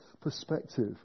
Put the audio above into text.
perspective